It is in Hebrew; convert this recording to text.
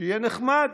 שיהיה נחמד.